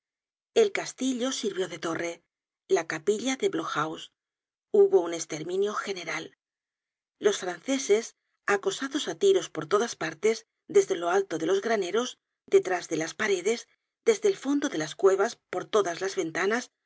el castillo sirvió de torre la capilla de blockhaus hubo un esterminio general los franceses acosados á tiros por todas partes desde lo alto de los graneros detrás de las paredes desde el fondo de las cuevas por todas las ventanas